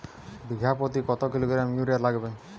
বিঘাপ্রতি কত kilogram urea লাগবে?